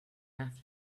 have